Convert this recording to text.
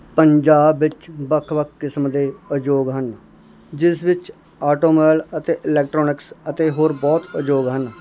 ਪੰਜਾਬ ਵਿੱਚ ਵੱਖ ਵੱਖ ਕਿਸਮ ਦੇ ਅਯੋਗ ਹਨ ਜਿਸ ਵਿੱਚ ਆਟੋਮਬੈਲ ਅਤੇ ਇਲੈਕਟਰੋਨਿਕਸ ਅਤੇ ਹੋਰ ਬਹੁਤ ਅਯੋਗ ਹਨ